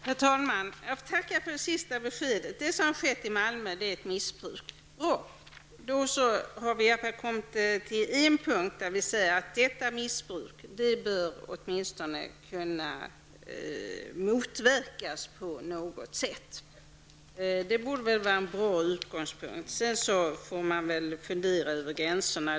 Herr talman! Jag tackar för det sista beskedet, att det som skett i Malmö är ett missbruk. Bra! Då har vi i alla fall kommit så långt att vi kan säga att åtminstone detta missbruk bör kunna motverkas på något sätt. Det borde väl vara en bra utgångspunkt. Sedan får man fundera över gränserna.